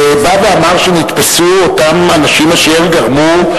ובא ואמר שנתפסו אותם אנשים אשר גרמו,